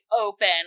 open